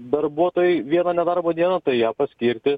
darbuotojai vieną nedarbo dieną tai ją paskirti